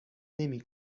نمی